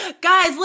guys